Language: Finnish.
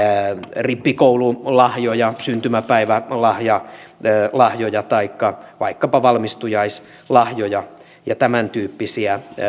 rippikoululahjoja syntymäpäivälahjoja taikka vaikkapa valmistujaislahjoja ja tämäntyyppisiä